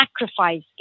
sacrifice